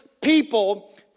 people